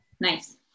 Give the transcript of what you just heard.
nice